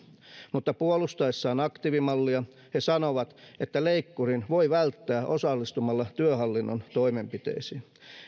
mutta puolustaessaan aktiivimallia he sanovat että leikkurin voi välttää osallistumalla työhallinnon toimenpiteisiin